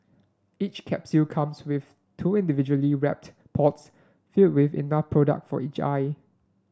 each capsule comes with two individually wrapped pods filled with enough product for each eye